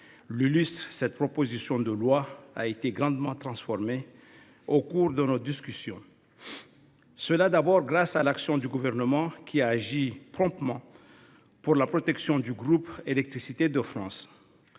France »–, cette proposition de loi a été grandement transformée au cours de nos discussions. Elle l’a tout d’abord été grâce à l’action du Gouvernement, qui a agi promptement pour protéger le groupe Électricité de France.